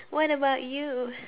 what about you